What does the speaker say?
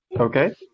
okay